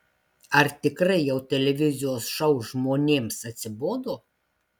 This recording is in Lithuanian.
ar tikrai jau televizijos šou žmonėms atsibodo